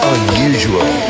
Unusual